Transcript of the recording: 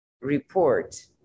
report